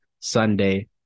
Sunday